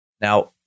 Now